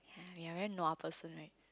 ya ya very nua person right